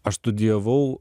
aš studijavau